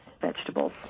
vegetables